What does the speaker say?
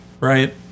Right